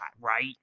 right